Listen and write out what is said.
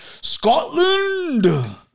Scotland